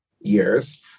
years